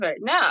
No